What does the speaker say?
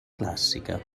classica